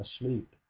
asleep